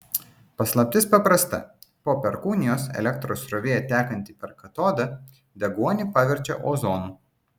paslaptis paprasta po perkūnijos elektros srovė tekanti per katodą deguonį paverčia ozonu